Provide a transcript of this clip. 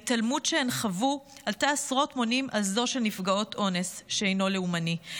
ההתעלמות שהן חוו עלתה עשרת מונים על זו של נפגעות אונס שאינו לאומני.